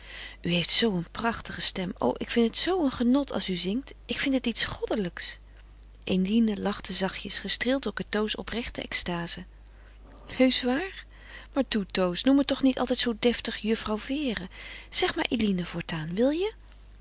u heeft zoo een prachtige stem o ik vind het een genot als u zingt ik vind het iets goddelijks eline lachte zachtjes gestreeld door cateau's oprechte extaze heusch waar maar toe toos noem me toch niet altijd zoo deftig juffrouw vere zeg maar eline voortaan wil je